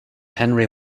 henry